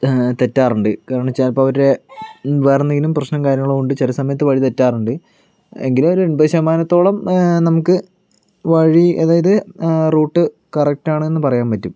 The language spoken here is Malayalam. തെറ്റാറുണ്ട് കാരണം ചിലപ്പോൾ അവരുടെ വേരെന്തേലും പ്രശനം കാര്യങ്ങള് കൊണ്ട് ചില സമയത്ത് വഴി തെറ്റാറുണ്ട് ഇങ്ങനെ ഒരു എൺപത് ശതമാനത്തോളം നമുക്ക് വഴി അതായത് ആ റൂട്ട് കറക്റ്റാണെന്ന് പറയാൻ പറ്റും